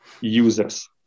users